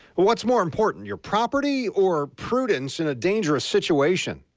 what's more important? your property or prudence in a dangerous situation.